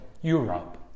Europe